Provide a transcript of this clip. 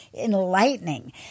enlightening